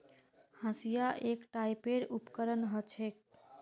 हंसिआ एक टाइपेर उपकरण ह छेक